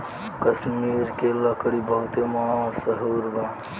कश्मीर के लकड़ी बहुते मसहूर बा